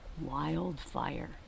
Wildfire